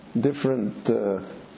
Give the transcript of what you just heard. different